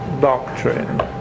doctrine